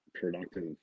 productive